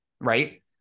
Right